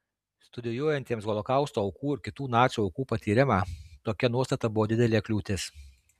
studijuojantiems holokausto aukų ir kitų nacių aukų patyrimą tokia nuostata buvo didelė kliūtis